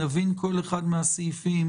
נבין כל אחד מן הסעיפים.